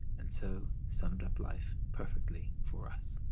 and so summed up life perfectly for us.